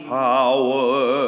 power